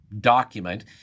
document